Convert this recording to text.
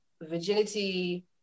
virginity